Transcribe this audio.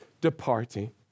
departing